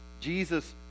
Jesus